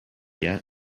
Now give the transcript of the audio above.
yet